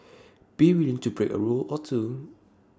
be willing to break A rule or two